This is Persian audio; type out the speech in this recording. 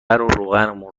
روغنمون